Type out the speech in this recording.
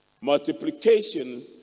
Multiplication